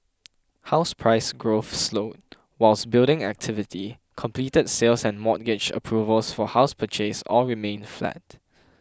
house price grow for slowed whilst building activity completed sales and mortgage approvals for house purchase all remained flat